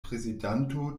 prezidanto